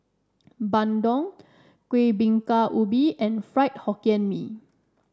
Bandung Kueh Bingka Ubi and Fried Hokkien Mee